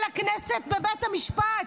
עסוק בלפטפט.